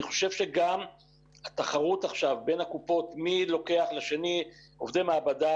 אני חושב שגם התחרות עכשיו בין הקופות מי לוקח לשני עובדי מעבדה,